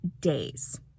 days